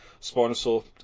Spinosaur